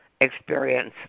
experience